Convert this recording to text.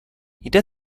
jde